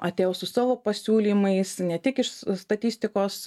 atėjo su savo pasiūlymais ne tik iš statistikos